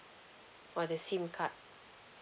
for the SIM card